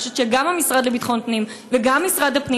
אני חושבת שגם המשרד לביטחון פנים וגם משרד הפנים